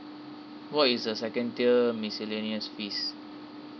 what is the second tier miscellaneous fees